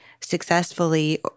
successfully